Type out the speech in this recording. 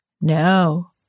No